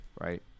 right